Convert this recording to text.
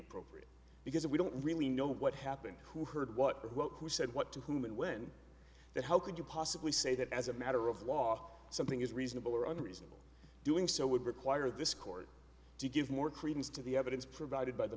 appropriate because we don't really know what happened who heard what who said what to whom and when that how could you possibly say that as a matter of law something is reasonable or unreasonable doing so would require this court to give more credence to the evidence provided by the